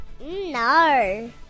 No